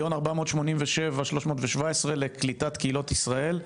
1,487,317 לקליטת "קהילות ישראל",